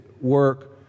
work